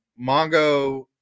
Mongo